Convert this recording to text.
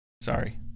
Sorry